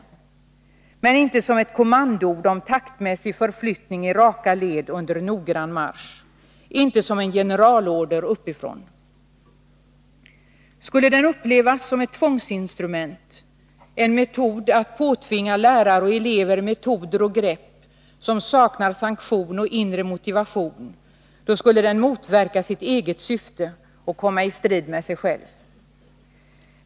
Jag uppfattar den inte som ett kommandoord om taktmässig förflyttning i raka led under noggrann marsch, inte som en generalorder uppifrån. Skulle den upplevas som ett tvångsinstrument, som ett sätt att påtvinga lärare och elever metoder och grepp som saknar sanktion och inre motivation, skulle den motverka sitt eget syfte och komma i strid med sig själv.